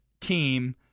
team